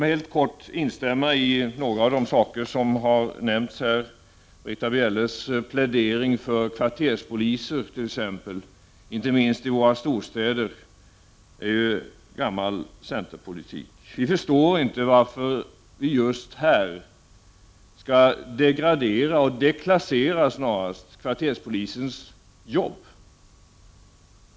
Låt mig kort instämma i några av de saker som har nämnts här. Britta Bjelles plädering för kvarterspoliser, inte minst i våra storstäder, är gammal centerpolitik. Vi förstår inte varför vi just här skall degradera, eller snarare deklassera, kvarterspolisens arbete.